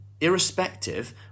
irrespective